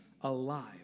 alive